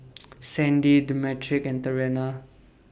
Sandie Demetric and Trena